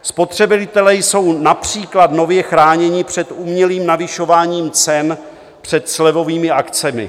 Spotřebitelé jsou například nově chráněni před umělým navyšováním cen před slevovými akcemi.